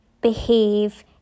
behave